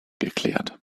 geklärt